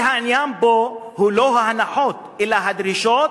כי העניין פה הוא לא ההנחות אלא הדרישות